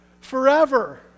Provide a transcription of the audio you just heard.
forever